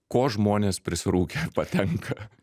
ko žmonės prisirūkę ar patenka